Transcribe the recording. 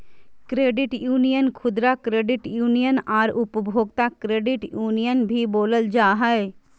credit union खुदरा credit union आर उपभोक्ता क्रेडिट यूनियन भी बोलल जा हइ